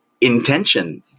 intention